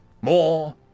more